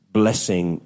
blessing